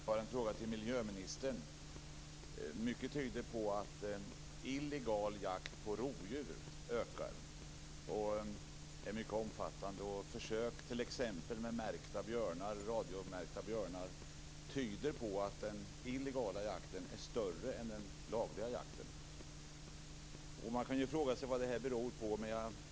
Fru talman! Jag har en fråga till miljöministern. Mycket tyder på att illegal jakt på rovdjur ökar och är mycket omfattande. Försök med radiosändare på björnar tyder på att den illegala jakten är större än den lagliga jakten. Man kan fråga sig vad det här beror på.